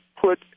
put